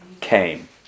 came